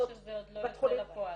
--- אתמול שמענו שזה עוד לא יצא לפועל.